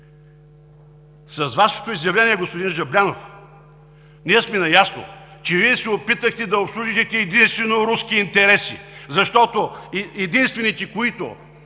С Вашето изявление, господин Жаблянов, сме наясно, че Вие се опитахте да обслужите единствено руски интереси, защото единствените, които